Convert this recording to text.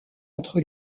entre